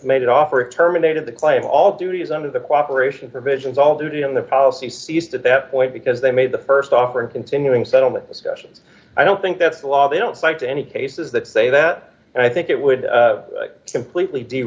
made offer terminated the claim all duties under the cooperation provisions all duty on the policy seized at that point because they made the st offer and continuing settlement discussions i don't think that's the law they don't like to any cases that say that and i think it would completely d